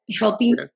helping